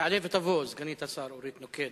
תעלה ותבוא סגנית השר אורית נוקד,